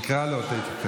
נקרא לו תכף.